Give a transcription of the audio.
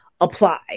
apply